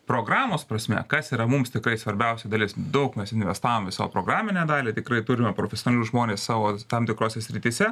programos prasme kas yra mums tikrai svarbiausia dalis daug mes investavom į savo programinę dalį tikrai turime profesionalius žmones savo tam tikrose srityse